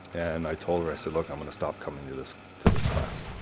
and i told her, i said, look, i'm gonna stop coming to this to this class.